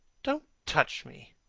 don't touch me.